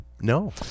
No